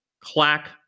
Clack